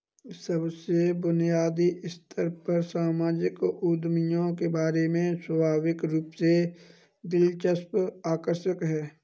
सबसे बुनियादी स्तर पर सामाजिक उद्यमियों के बारे में स्वाभाविक रूप से दिलचस्प आकर्षक है